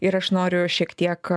ir aš noriu šiek tiek